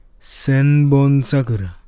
senbonsakura